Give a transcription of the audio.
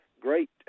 great